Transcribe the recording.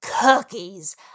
Cookies